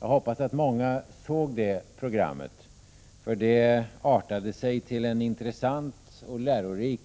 Jag hoppas att många såg det programmet, för det artade sig till en intressant och lärorik